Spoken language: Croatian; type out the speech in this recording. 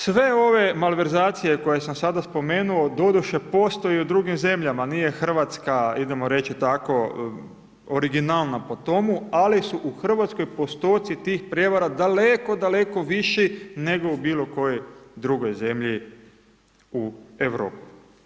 Sve ove malverzacije, koje sam sada spomenuo doduše postoje u drugim zemljama, nije Hrvatska, idemo reći tako, originalna po tome, ali su u Hrvatskoj postići tih prevara daleko daleko viši, nego u bilo kojoj drugoj zemlji u Europi.